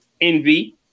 Envy